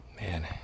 Man